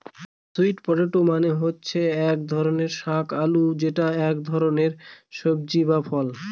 sweet potato মানে হচ্ছে শাক আলু যেটা এক ধরনের সবজি বা ফল